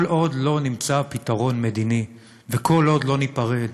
כל עוד לא נמצא פתרון מדיני וכל עוד לא ניפרד,